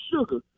sugar